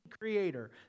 creator